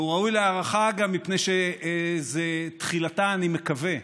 והוא ראוי להערכה גם מפני שזה תחילתה, אני מקווה,